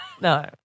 no